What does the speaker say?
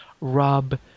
rob